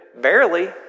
Barely